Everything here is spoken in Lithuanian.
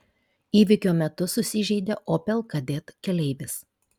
įvykio metu susižeidė opel kadett keleivis